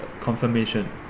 confirmation